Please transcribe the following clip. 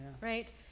right